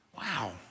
Wow